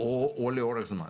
או לאורך זמן.